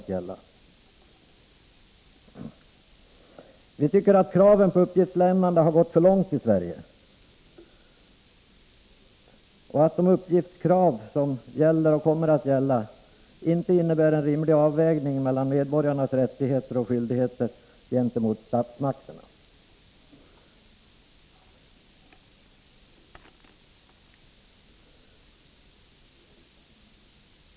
Vi moderater tycker att kraven på uppgiftslämnande har gått för långt i Sverige. De krav som gäller och kommer att gälla innebär inte en rimlig avvägning mellan medborgarnas rättigheter och skyldigheter gentemot statsmakten.